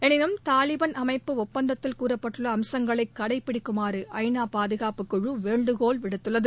எனினும் தாலிபான் அமைப்பு ஒப்பந்தத்தில் கூறப்பட்டுள்ள அம்சங்களை கடைபிடிக்குமாறு ஐ நா பாதுகாப்புக் குழு வேண்டுகோள் விடுத்துள்ளது